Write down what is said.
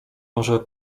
może